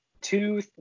two